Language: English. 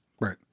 Right